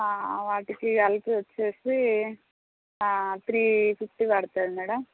వాటికి కలిపి వచ్చేసి త్రీ ఫిఫ్టీ పడుతుంది మేడం